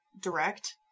direct